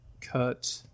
cut